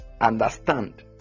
understand